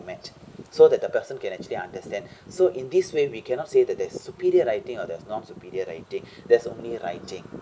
mat~ so that the person can actually understand so in this way we cannot say that there's superior writing or there's non superior writing there's only writing